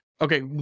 okay